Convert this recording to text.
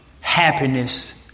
happiness